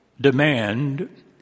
demand